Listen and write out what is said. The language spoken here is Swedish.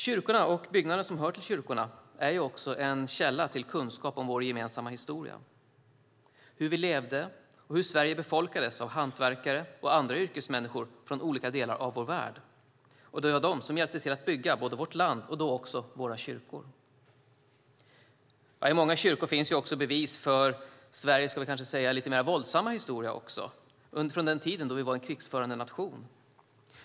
Kyrkorna och byggnaderna som hör till kyrkorna är också en källa till kunskap om vår gemensamma historia, hur vi levde och hur Sverige befolkades av hantverkare och andra yrkesmänniskor från olika delar av vår värld. Det var de som hjälpte till att bygga vårt land och då också våra kyrkor. I många kyrkor finns också bevis för Sveriges lite mer våldsamma historia, från den tid då vi var en krigförande nation.